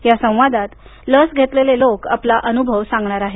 या संवादात लस घेतलेले लोक आपला अनुभव सांगणार आहेत